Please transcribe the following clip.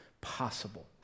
possible